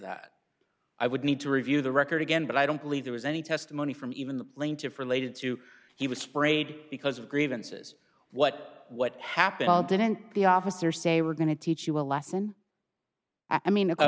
that i would need to review the record again but i don't believe there was any testimony from even the plaintiff related to he was sprayed because of grievances what what happened didn't the officer say we're going to teach you a lesson i mean